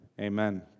Amen